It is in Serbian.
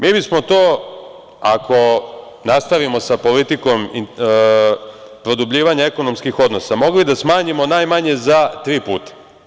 Mi bismo to, ako nastavimo sa politikom i produbljivanje ekonomskih odnosa, mogli da smanjimo najmanje za tri puta.